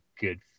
good